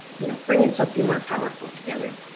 you know bringing something more powerful together